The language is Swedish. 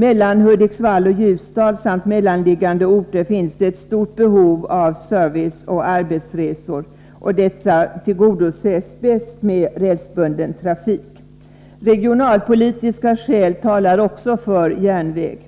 Mellan Hudiksvall och Ljusdal samt mellanliggande orter finns det ett stort behov av service och arbetsresor. Detta tillgodoses bäst med rälsbunden trafik. Regionalpolitiska skäl talar också för järnväg.